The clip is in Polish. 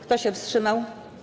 Kto się wstrzymał?